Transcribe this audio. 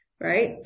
right